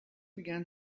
began